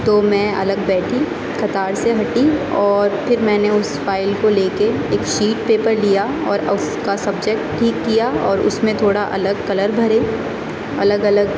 تو میں الگ بیٹھی قطار سے ہٹی اور پھر میں نے اس فائل کو لے کے ایک شیٹ پیپر لیا اور اس کا سبجیکٹ ٹھیک کیا اور اس میں تھوڑا الگ کلر بھرے الگ الگ